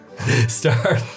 Start